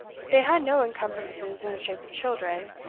they had no incumbrances in the shape of children,